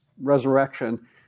resurrection